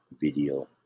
video